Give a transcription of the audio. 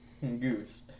Goose